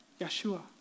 Yeshua